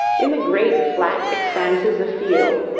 in the great flat expanses of field,